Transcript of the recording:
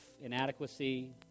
inadequacy